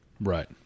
Right